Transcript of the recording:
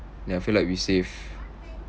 then I feel we saved